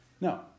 No